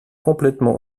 complètement